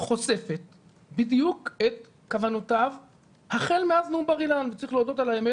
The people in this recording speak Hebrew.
חושפת בדיוק את כוונותיו החל מאז נאום בר אילן וצריך להודות על האמת,